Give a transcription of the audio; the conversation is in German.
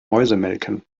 mäusemelken